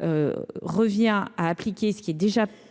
revient à appliquer ce qui est déjà prévue